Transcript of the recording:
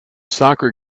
soccer